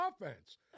offense